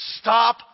stop